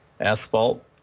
asphalt